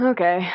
Okay